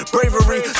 Bravery